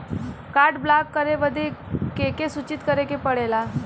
Card block करे बदी के के सूचित करें के पड़ेला?